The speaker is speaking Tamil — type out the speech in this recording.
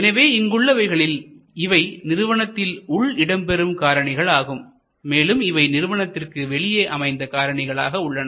எனவே இங்குள்ளவைகளில் இவை நிறுவனத்தின் உள் இடம்பெறும் காரணிகளாகும் மேலும் இவை நிறுவனத்திற்கு வெளியே அமைந்த காரணிகளாக உள்ளன